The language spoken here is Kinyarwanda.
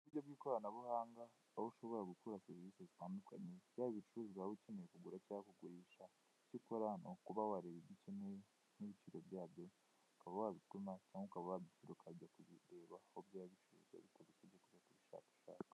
Uburyo bw'ikoranabuhanga, aho ushobora gukura serivisi zitandukanye, yaba ibicuruzwa waba ukeneye kugura cyangwa kugurishwa. Icyo ukora ni ukuba wareba ibyo ukeneye, ukaba wabituma.